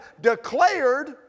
declared